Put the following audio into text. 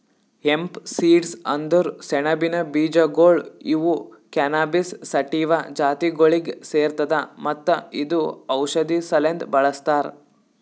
hemp seeds ಅಂದುರ್ ಸೆಣಬಿನ ಬೀಜಗೊಳ್ ಇವು ಕ್ಯಾನಬಿಸ್ ಸಟಿವಾ ಜಾತಿಗೊಳಿಗ್ ಸೇರ್ತದ ಮತ್ತ ಇದು ಔಷಧಿ ಸಲೆಂದ್ ಬಳ್ಸತಾರ್